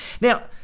Now